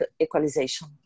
equalization